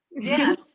yes